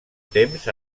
temps